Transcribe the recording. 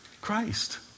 Christ